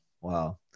Wow